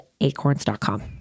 acorns.com